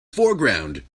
foreground